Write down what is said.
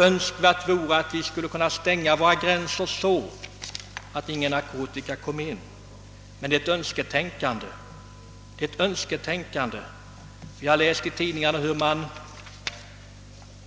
Önskvärt vore att vi kunde stänga våra gränser så att inga narkotika kom in, men att tro att det är möjligt är nog ett önsketänkande. Vi har läst i tidningarna